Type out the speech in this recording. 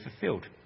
fulfilled